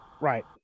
Right